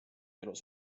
elus